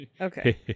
Okay